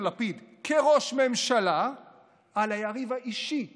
לפיד כראש ממשלה על היריב האישי נתניהו.